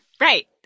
Right